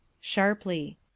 Sharply